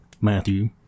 Matthew